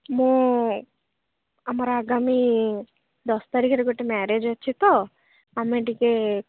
ମୁଁ ଆମର ଆଗାମୀ ଦଶ ତାରିଖରେ ଗୋଟେ ମ୍ୟାରେଜ୍ ଅଛି ତ ଆମେ ଟିକିଏ